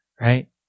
right